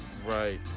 Right